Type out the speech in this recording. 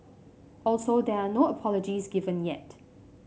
also there are no apologies given yet